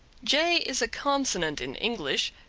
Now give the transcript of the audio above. j is a consonant in english,